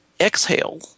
exhale